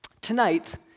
tonight